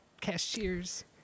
cashiers